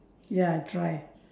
ya I'll try